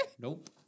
Nope